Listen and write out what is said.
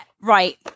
Right